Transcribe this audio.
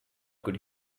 could